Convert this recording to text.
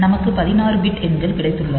நமக்கு 16 பிட் எண்கள் கிடைத்துள்ளன